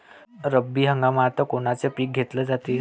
रब्बी हंगामात कोनचं पिक घेतलं जाते?